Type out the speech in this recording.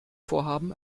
vorhaben